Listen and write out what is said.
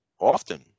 often